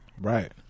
Right